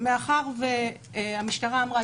--- מאחר והמשטרה אמרה